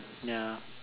ya